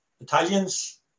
Italians